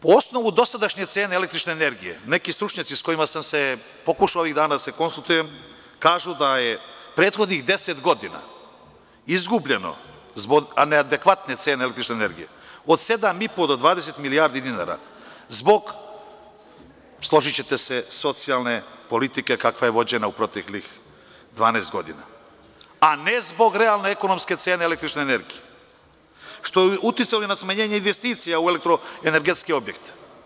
Po osnovu dosadašnje cene električne energije, neki stručnjaci sa kojima sam pokušao ovih dana da se konsultujem kažu da je prethodnih 10 godina izgubljeno zbog neadekvatne cene električne energije od sedam i po do 20 milijardi dinara zbog, složićete se, socijalne politike kakva je vođena u proteklih 12 godina, a ne zbog realne ekonomske cene električne energije, što je uticalo i na smanjenje investicija u elektroenergetske objekte.